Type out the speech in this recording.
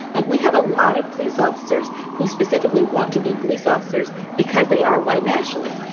like we have a lot of police officers who specifically want to be police officers because they are white nationalists.